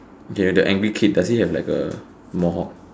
okay the angry kid does he have like a mohawk